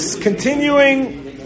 continuing